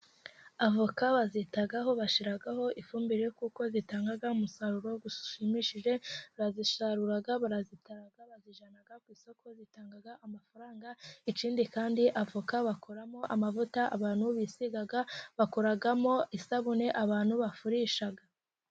Avoka bazitaho bashyiraho ifumbire, kuko zitanga umusaruro ushimishije, barazisarura, barazitara, bazijyana ku isoko, zitanga amafaranga, ikindi kandi avoka bakoramo amavuta abantu bisiga, bakoramo isabune abantu bafurisha.